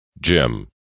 Jim